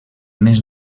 mes